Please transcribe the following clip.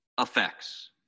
effects